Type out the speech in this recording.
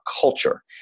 culture